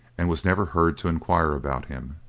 and was never heard to inquire about him.